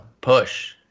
Push